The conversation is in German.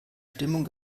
stimmung